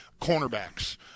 cornerbacks